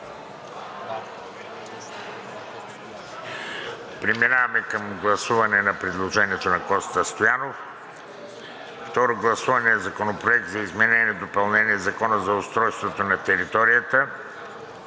Преминаваме към гласуване на предложението на Коста Стоянов – второ гласуване на Законопроекта за изменение и допълнение на Закона за устройството на територията